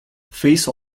face